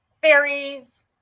fairies